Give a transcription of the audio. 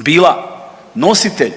bila nositelj